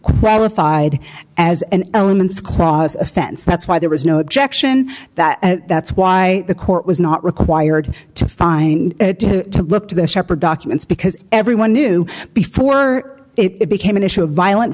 qualified as an elements clause offense that's why there was no objection that that's why the court was not required to find it to to look to the shepherd documents because everyone knew before it became an issue of violent